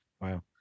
Wow